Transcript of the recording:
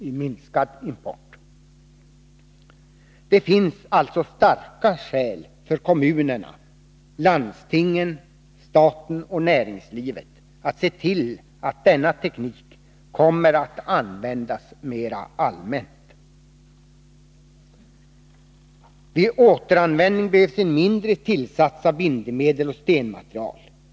i minskad oljeimport.” Det finns alltså starka skäl för kommunerna, landstingen, staten och näringslivet att se till att denna teknik kommer att användas mer allmänt. Vid återanvändning behövs en mindre tillsats av bindemedel och stenmaterial.